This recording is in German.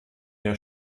der